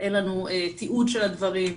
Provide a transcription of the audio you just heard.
אין לנו תיעוד של הדברים,